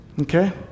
Okay